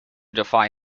defy